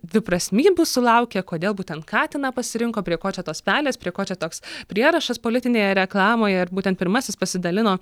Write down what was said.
dviprasmybių sulaukia kodėl būtent katiną pasirinko prie ko čia tos pelės prie ko čia toks prierašas politinėje reklamoje ir būtent pirmasis pasidalino